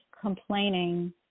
complaining